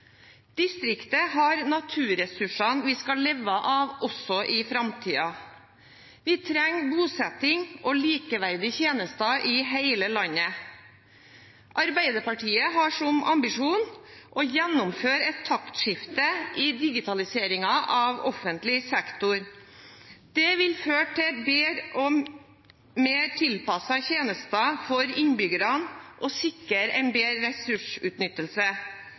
har naturressursene vi skal leve av også i framtiden. Vi trenger bosetting og likeverdige tjenester i hele landet. Arbeiderpartiet har som ambisjon å gjennomføre et taktskifte i digitaliseringen av offentlig sektor. Det vil føre til bedre og mer tilpassete tjenester for innbyggerne og sikre en bedre ressursutnyttelse.